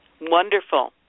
Wonderful